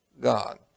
God